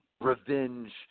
revenge